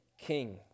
king